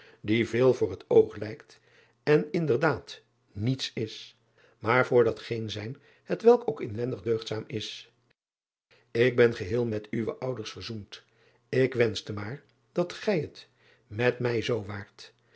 die veel voor het oog lijkt en in der daad niets is maar voor dat geen zijn hetwelk ook inwendig deugdzaam is k ben geheel met uwe ouders verzoend k wenschte maar dat gij het met mij zoo waart